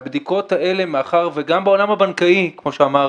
והבדיקות האלה מאחר וגם בעולם הבנקאי, כמו שאמר